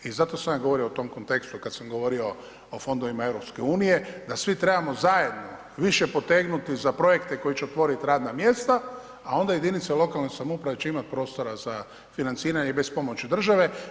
I zato sam ja govorio u tom kontekstu kada sam govorio o fondovima EU, da svi trebamo zajedno više potegnuti za projekte koji će otvoriti radna mjesta, a onda jedinice lokalne samouprave će imati prostora za financiranje i bez pomoći države.